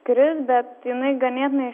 kris bet jinai ganėtinai